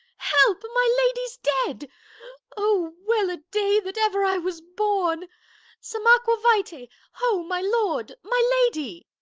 help! my lady's dead o, well-a-day that ever i was born some aqua-vitae, ho my lord! my lady!